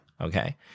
Okay